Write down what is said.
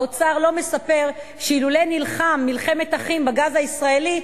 האוצר לא מספר שאילולא נלחם מלחמת אחים בגז הישראלי,